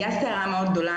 הייתה סערה מאוד גדולה,